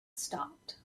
stopped